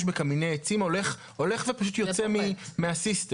בקמיני עצים הולך ופשוט יוצא מהסיסטם.